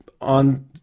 on